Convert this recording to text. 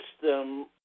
system